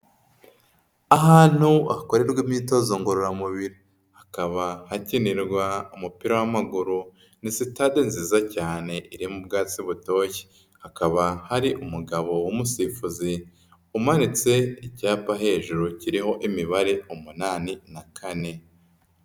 Ahantu hakorerwa imyitozo ngororamubiri, hakaba hakinirwa umupira w'amaguru, ni sitade nziza cyane irimo ubwatsi butoshye, hakaba hari umugabo w'umusifuzi umanitse icyapa hejuru kiriho imibare umunani na kane.